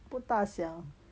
不大小